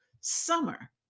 summer